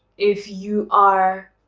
if you are